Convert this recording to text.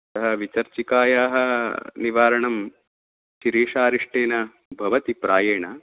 सः विचर्चिकायाः निवारणं शिरीशारिष्टेन भवति प्रायेण